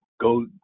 go